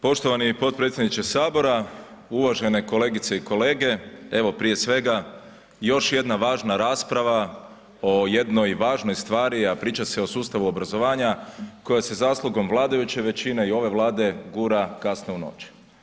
Poštovani potpredsjedniče Sabora, uvažene kolegice i kolege, evo prije svega još jedna važna rasprava o jednoj važnoj stvari a priča se o sustavu obrazovanja koje se zaslugom vladajuće većine i ove Vlade gura kasno u noć.